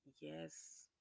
Yes